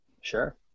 sure